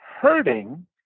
hurting